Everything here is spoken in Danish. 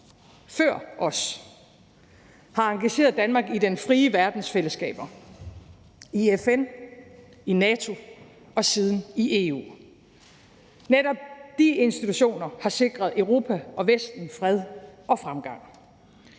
før os har engageret Danmark i den frie verdens fællesskaber i FN, i NATO og siden i EU. Netop de institutioner har sikret Europa og Vesten fred og fremgang.